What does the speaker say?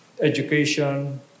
education